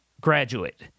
graduate